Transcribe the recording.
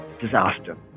disaster